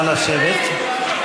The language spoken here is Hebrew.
נא לשבת.